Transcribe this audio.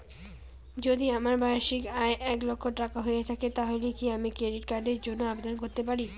যদি আমার বার্ষিক আয় এক লক্ষ টাকা হয় তাহলে কি আমি ক্রেডিট কার্ডের জন্য আবেদন করতে পারি?